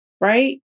right